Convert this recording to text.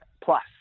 plus